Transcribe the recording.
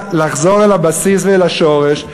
לחזור לבסיס ולשורש,